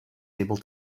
able